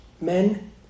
men